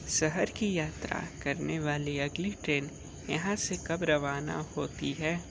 शहर की यात्रा करने वाली अगली ट्रेन यहाँ से कब रवाना होती है